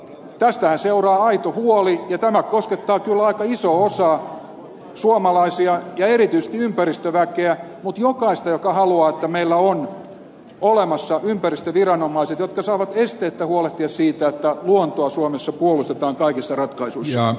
tästähän seuraa aito huoli ja tämä koskettaa kyllä aika isoa osaa suomalaisia ja erityisesti ympäristöväkeä mutta jokaista joka haluaa että meillä on olemassa ympäristöviranomaiset jotka saavat esteettä huolehtia siitä että luontoa suomessa puolustetaan kaikissa ratkaisuissa